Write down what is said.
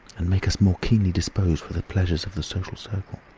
and make us more keenly disposed for the pleasures of the social circle.